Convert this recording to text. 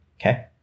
okay